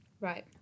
Right